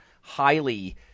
highly